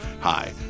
Hi